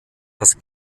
das